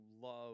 love